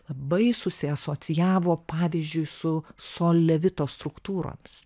labai susiasocijavo pavyzdžiui su sol levito struktūromis